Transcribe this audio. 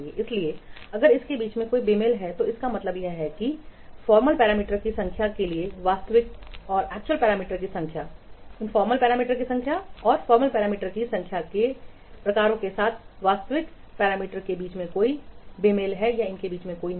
इसलिए अगर उनके बीच कोई बेमेल है तो इसका मतलब यह भी है कि औपचारिक पैरामीटर्स की संख्या के लिए वास्तविक पैरामीटर्स की संख्या औपचारिक पैरामीटर्स की संख्या या औपचारिक पैरामीटर्स के प्रकारों के साथ वास्तविक पैरामीटर्स के बीच कोई भी बेमेल